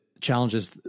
challenges